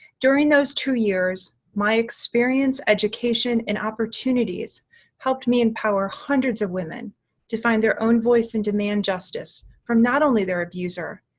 during those two years, my experience, education, and opportunities helped me empower hundreds of women to find their own voice and demand justice from not only their abuser,